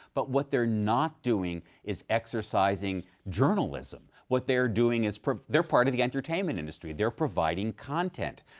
but what they're not doing is exercising journalism. what they're doing is they're part of the entertainment industry. they're providing content.